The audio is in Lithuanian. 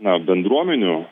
na bendruomenių